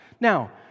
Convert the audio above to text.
Now